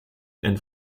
and